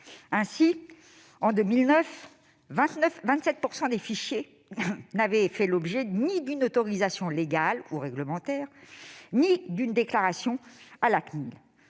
Ainsi, en 2009, près de 27 % des fichiers n'avaient fait l'objet ni d'une autorisation légale ou réglementaire ni d'une déclaration à la CNIL.